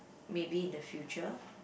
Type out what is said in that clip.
maybe in the future